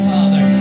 Father